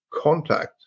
Contact